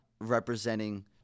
representing